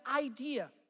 idea